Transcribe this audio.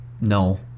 No